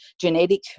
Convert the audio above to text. genetic